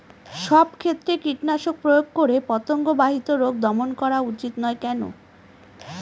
সব ক্ষেত্রে কীটনাশক প্রয়োগ করে পতঙ্গ বাহিত রোগ দমন করা উচিৎ নয় কেন?